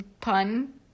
Pun